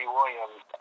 Williams